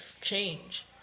change